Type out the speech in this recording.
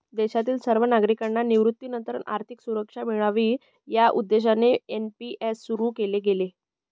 देशातील सर्व नागरिकांना निवृत्तीनंतर आर्थिक सुरक्षा मिळावी या उद्देशाने एन.पी.एस सुरु केले गेले